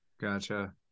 Gotcha